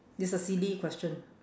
it's a silly question